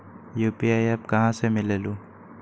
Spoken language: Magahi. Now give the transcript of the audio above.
यू.पी.आई एप्प कहा से मिलेलु?